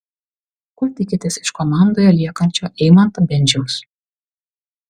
ko tikitės iš komandoje liekančio eimanto bendžiaus